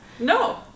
no